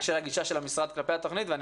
של הגישה של המשרד כלפי התכנית, ועדיין,